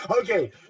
Okay